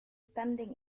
pending